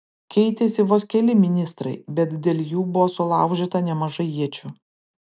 keitėsi vos keli ministrai bet dėl jų buvo sulaužyta nemažai iečių